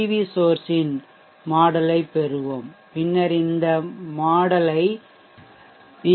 we சோர்ஷ் இன் மாடல்யைப் பெறுவோம் பின்னர் இந்த மாடல்யை பி